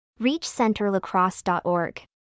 ReachCenterLacrosse.org